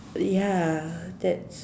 ya that's